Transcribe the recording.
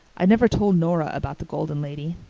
i've never told nora about the golden lady.